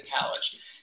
college